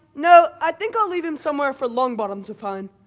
no, i think i'll leave him somewhere for longbottom to find.